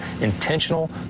intentional